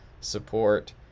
support